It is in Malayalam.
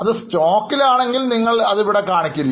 അത് സ്റ്റോക്കിൽ ആണെങ്കിൽ നിങ്ങൾ അത് ഇവിടെ കാണിക്കില്ല